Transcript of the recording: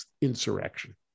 insurrection